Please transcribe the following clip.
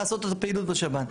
לעשות את הפעילות בשב"ן.